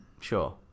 Sure